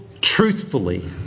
truthfully